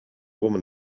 woman